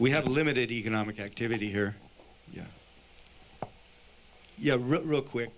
we have limited economic activity here yeah yeah real quick